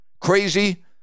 crazy